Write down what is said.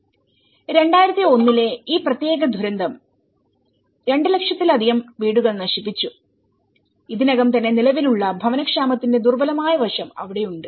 2001 ലെ ഈ പ്രത്യേക ദുരന്തം 200000 ലധികം വീടുകളെ നശിപ്പിച്ചു ഇതിനകം തന്നെ നിലവിലുള്ള ഭവനക്ഷാമത്തിന്റെ ദുർബലമായ വശം അവിടെ ഉണ്ട്